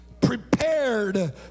prepared